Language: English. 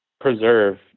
preserve